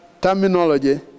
terminology